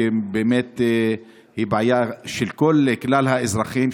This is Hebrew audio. שהיא בעיה של כלל האזרחים,